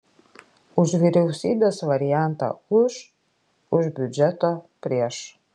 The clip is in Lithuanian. už vyriausybės variantą už už biudžeto prieš